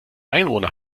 einwohner